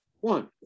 One